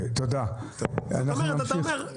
זאת אומרת אתה אומר,